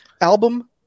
album